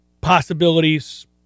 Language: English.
possibilities